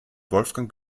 wolfgang